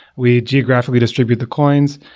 we geographically distribute the coins.